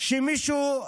שמישהו,